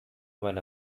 when